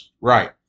Right